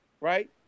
right